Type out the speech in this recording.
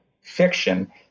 fiction